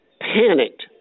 panicked